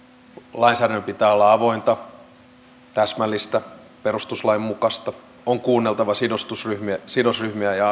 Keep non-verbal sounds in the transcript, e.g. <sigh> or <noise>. lainsäädännön pitää olla avointa täsmällistä perustuslain mukaista on kuunneltava sidosryhmiä sidosryhmiä ja <unintelligible>